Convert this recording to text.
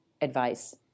advice